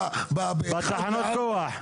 בתחנות הכוח.